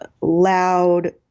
loud